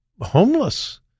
homeless